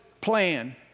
plan